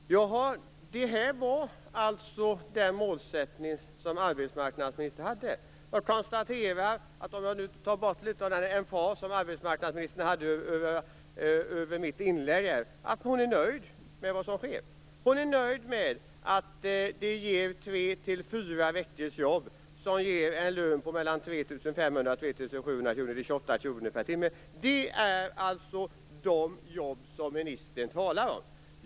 Fru talman! Det här var alltså den målsättning som arbetsmarknadsministern hade. Jag konstaterar att om man tar bort litet av den emfas som arbetsmarknadsministern gav luft åt med anledning av mitt inlägg är hon nöjd med det som sker. Hon är nöjd med att det ger 3-4 veckors jobb, som ger en lön på mellan 3 500 kr och 3 700 kr. Det är 28 kr per timme. Det är alltså de jobb som ministern talar om.